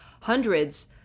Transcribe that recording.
Hundreds